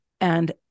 And-